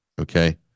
okay